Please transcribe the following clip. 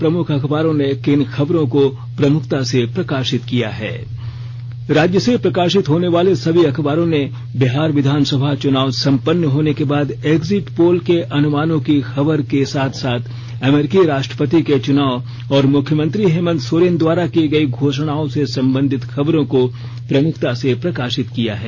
प्रमुख अखबारों ने किन खबरों को प्रमुखता से प्रकाशित किया है राज्य से प्रकाशित होने वाले सभी अखबारों ने बिहार विधानसभा चुनाव संपन्न होने के बाद एग्जिट पोल के अनुमानों की खबर के साथ साथ अमेरिकी राष्ट्रपति के चुनाव और मुख्यमंत्री हेमंत सोरेन द्वारा की गई घोषणाओं से संबंधित खबरों को प्रमुखता से प्रकाशित किया है